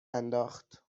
انداخت